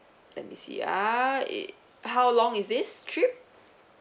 let me see ah eh how long is this trip